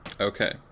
Okay